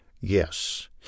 yes